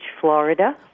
Florida